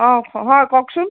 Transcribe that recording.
অ হয় কওকচোন